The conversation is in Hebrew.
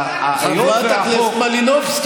דודי,